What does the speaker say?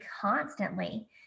constantly